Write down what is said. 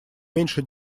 меньше